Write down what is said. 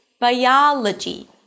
biology